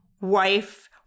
wife